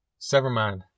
Severmind